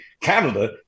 Canada